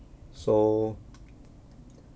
so